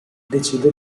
decide